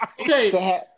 Okay